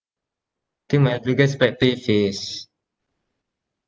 think my biggest pet peeve is